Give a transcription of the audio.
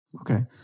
Okay